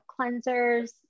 cleansers